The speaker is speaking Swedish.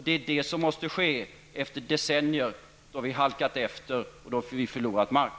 Det är detta som måste ske efter decennier då vi har halkat efter och förlorat mark.